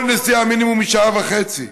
כל נסיעה היא מינימום שעה וחצי.